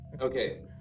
Okay